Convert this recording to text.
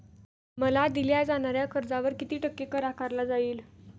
मला दिल्या जाणाऱ्या कर्जावर किती टक्के कर आकारला जाईल?